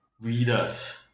readers